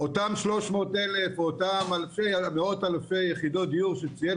אותם 300,000 או אותם מאות אלפי יחידות דיור שציין